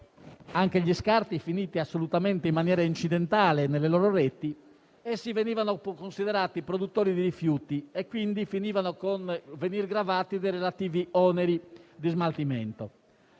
(anche gli scarti finiti in maniera accidentale nelle loro reti), essi venivano considerati produttori di rifiuti e finivano con il venire gravati dei relativi oneri di smaltimento.